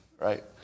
right